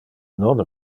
non